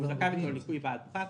והוא זכאי בשלו לניכוי בעד פחת,